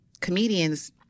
comedians